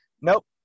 Nope